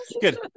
Good